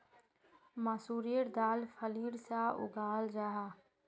मसूरेर दाल फलीर सा उगाहल जाहा